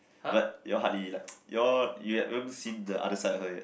but you all hardly like you all you you haven't seen the other side of her yet